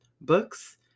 books